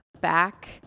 back